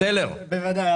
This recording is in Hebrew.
בוודאי.